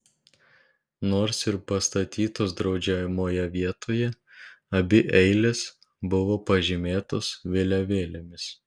nors ir pastatytos draudžiamoje vietoje abi eilės buvo pažymėtos vėliavėlėmis